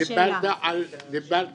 דיברת